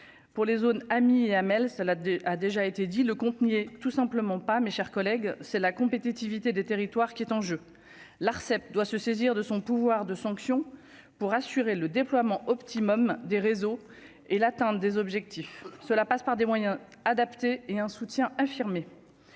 pour les zones amis et Amel ça la 2 a déjà été dit, le compte n'y est tout simplement pas mes chers collègues, c'est la compétitivité des territoires qui est en jeu : l'Arcep doit se saisir de son pouvoir de sanction pour assurer le déploiement optimum des réseaux et l'atteinte des objectifs, cela passe par des moyens adaptés et un soutien infirmer